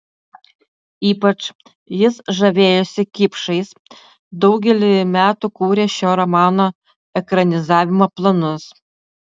ypač jis žavėjosi kipšais daugelį metų kūrė šio romano ekranizavimo planus